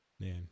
Man